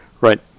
right